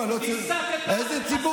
הסתת.